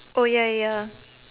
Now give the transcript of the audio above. oh ya ya